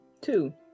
two